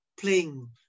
playing